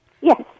Yes